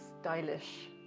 stylish